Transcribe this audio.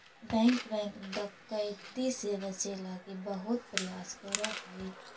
bank bank डकैती से बचे लगी बहुत प्रयास करऽ हइ